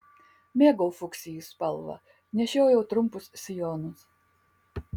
mėgau fuksijų spalvą nešiojau trumpus sijonus